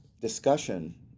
discussion